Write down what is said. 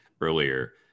earlier